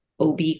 OB